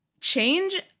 change